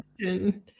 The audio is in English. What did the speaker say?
question